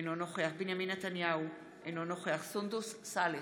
אינו נוכח בנימין נתניהו, אינו נוכח סונדוס סאלח,